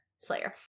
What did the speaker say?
Slayer